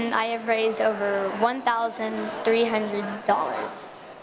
and i have raised over one thousand three hundred dollars.